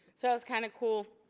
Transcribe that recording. so that was kind of cool.